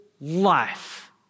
life